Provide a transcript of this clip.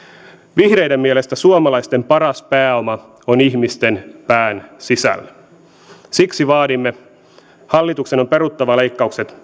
vihreiden mielestä suomalaisten paras pääoma on ihmisten pään sisällä siksi vaadimme hallituksen on peruttava leikkaukset